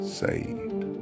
saved